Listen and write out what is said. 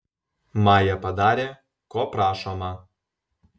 maja padarė ko prašoma